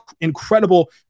incredible